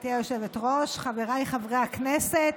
גברתי היושבת-ראש, חבריי חברי הכנסת,